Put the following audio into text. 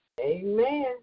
Amen